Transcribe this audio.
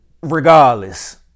regardless